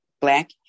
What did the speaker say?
black